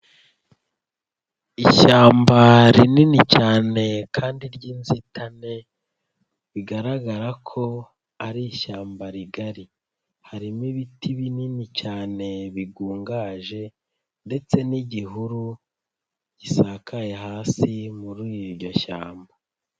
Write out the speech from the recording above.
Ishyamba rinini cyane kandi ry'inzitane, bigaragara ko ari ishyamba rigari. Harimo ibiti binini cyane bigungaje ndetse n'igihuru gisakaye hasi muri iryo shyamba.